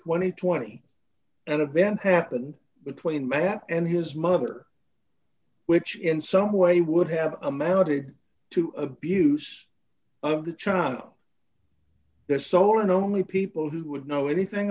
and twenty an event happened between matt and his mother which in some way would have amounted to abuse of the china the sole and only people who would know anything